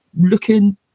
looking